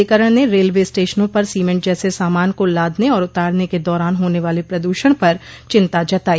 अधिकरण ने रेलवे स्टेशनों पर सीमेंट जैसे सामान को लादने और उतारने के दौरान होने वाले प्रदूषण पर चिंता जताई